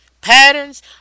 Patterns